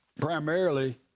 primarily